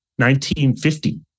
1950